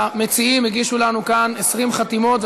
המציעים הגישו לנו כאן 20 חתימות,